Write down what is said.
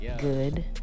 good